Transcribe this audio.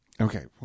Okay